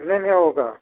कितने में होगा